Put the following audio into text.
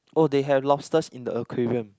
oh they have lobsters in the aquarium